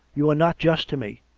you are not just to me.